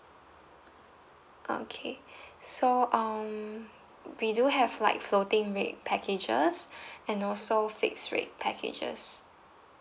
okay so um we do have like floating rate packages and also fixed rate package